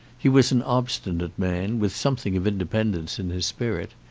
he was an obstinate man, with something of independence in his spirit.